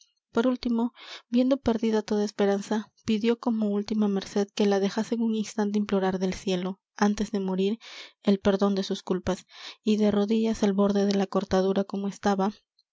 por último viendo perdida toda esperanza pidió como última merced que la dejasen un instante implorar del cielo antes de morir el perdón de sus culpas y de rodillas al borde de la cortadura como estaba